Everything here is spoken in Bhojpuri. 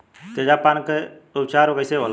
तेजाब पान के उपचार कईसे होला?